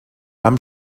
amb